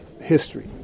history